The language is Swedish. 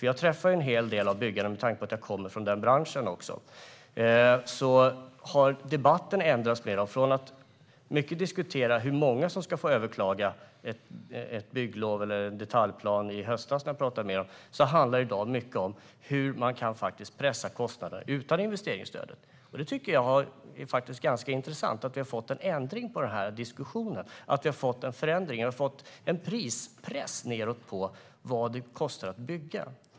Jag träffar en hel del byggare, med tanke på att jag kommer från den branschen. Från att vi diskuterat hur många som ska få överklaga ett bygglov eller en detaljplan, som jag pratade med dem om i höstas, handlar det i dag mycket om hur man kan pressa kostnader utan investeringsstödet. Det är intressant att vi har fått en ändring av diskussionen och en prispress nedåt för vad det kostar att bygga.